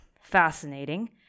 fascinating